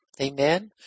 Amen